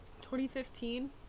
2015